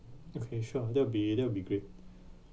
okay sure that'll be that'll be great